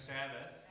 Sabbath